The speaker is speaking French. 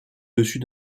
dessus